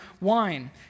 wine